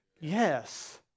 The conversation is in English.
Yes